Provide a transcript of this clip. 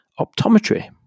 optometry